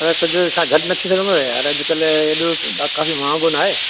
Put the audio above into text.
हा त न छा घटि न थी सघंदो यार अॼु कल्ह एॾो काफ़ी महांगो न आहे